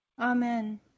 Amen